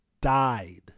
died